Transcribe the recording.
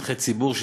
שטחי ציבור,